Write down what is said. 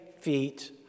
feet